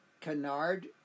Canard